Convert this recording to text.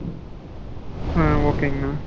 ஓகேங்ண்ணா